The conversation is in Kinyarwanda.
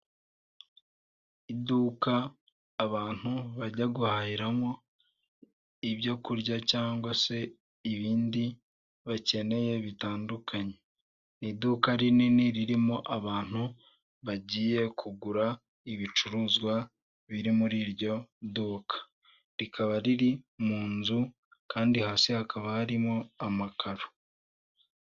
Iduka abantu bajya guhahiramo ibyo kurya cyangwa se ibindi bakeneye bitandukanye. Ni iduka rinini ririmo abantu bagiye kugura ibicuruzwa biri muri iryo duka. Rikaba riri mu nzu kandi hasi hakaba harimo amakaro.